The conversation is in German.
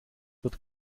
wird